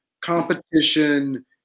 competition